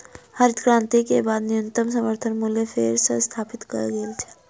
हरित क्रांति के बाद न्यूनतम समर्थन मूल्य फेर सॅ स्थापित कय गेल छल